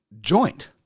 joint